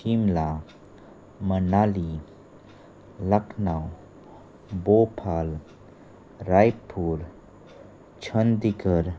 Shimla Manali Lucknow Bhopal Raipur Chandigarh